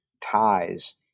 ties